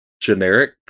generic